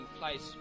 place